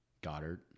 Goddard